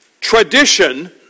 Tradition